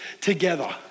together